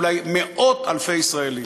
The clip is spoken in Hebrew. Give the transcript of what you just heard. אולי מאות-אלפי ישראלים.